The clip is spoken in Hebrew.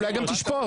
אולי גם תשפוט?